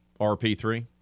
RP3